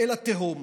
אל התהום.